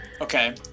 Okay